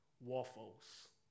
waffles